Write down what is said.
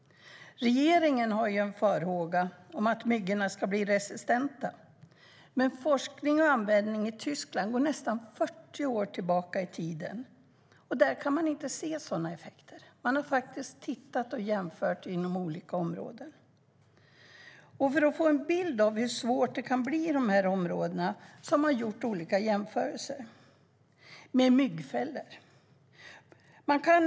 Regeringens farhåga är att myggorna ska bli resistenta. Men forskning och användning i Tyskland går nästan 40 år tillbaka i tiden, och där kan man inte se några sådana effekter. Man har jämfört inom olika områden. För att få en bild av hur svårt det kan bli i dessa områden har man gjort olika jämförelser med myggfällor.